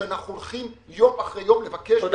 שאנחנו הולכים יום אחרי יום לבקש מהאוצר --- חד משמעית.